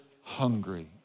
hungry